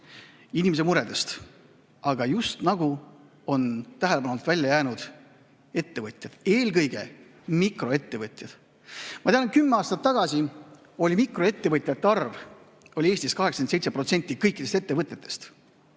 inimese muredest, aga just nagu tähelepanu alt välja on jäänud ettevõtjad, eelkõige mikroettevõtjad. Ma tean, et kümme aastat tagasi oli mikroettevõtjate arv Eestis 87% kõikidest ettevõtjatest,